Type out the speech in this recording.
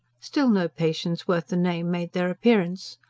still no patients worth the name made their appearance.